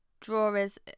drawers